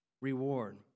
reward